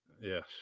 Yes